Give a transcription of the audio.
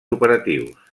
operatius